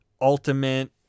ultimate